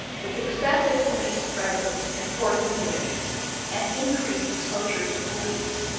with excessive police presence in poor communities and increased exposure to police.